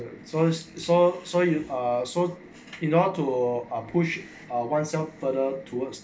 so so so you ah so you not to or or push oneself further towards